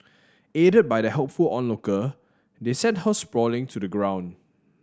aided by the helpful onlooker they sent her sprawling to the ground